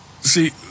See